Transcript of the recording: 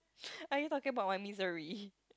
are you talking about my misery